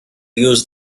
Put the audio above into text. use